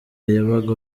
yabaga